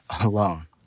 alone